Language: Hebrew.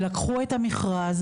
שלקחו את המכרז,